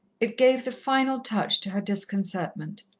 it gave the final touch to her disconcertment.